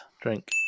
Drink